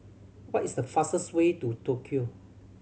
what is the fastest way to Tokyo